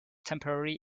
temporary